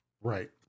right